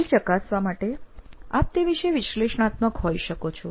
ફરી ચકાસવા માટે આપ તે વિષે વિશ્લેષણાત્મક હોઈ શકો છો